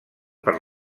per